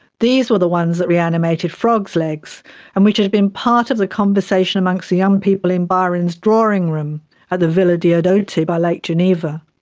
these were the ones that reanimated frogs' legs and which had been part of the conversation amongst the young people in byron's drawing room at the villa diodati by lake geneva,